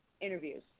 interviews